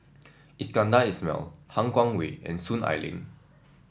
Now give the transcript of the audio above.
Iskandar Ismail Han Guangwei and Soon Ai Ling